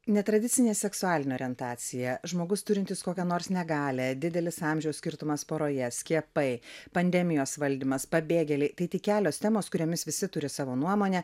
netradicinė seksualinė orientacija žmogus turintis kokią nors negalią didelis amžiaus skirtumas poroje skiepai pandemijos valdymas pabėgėliai tai tik kelios temos kuriomis visi turi savo nuomonę